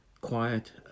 quiet